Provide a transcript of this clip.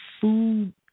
food